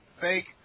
fake